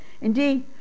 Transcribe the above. Indeed